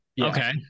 Okay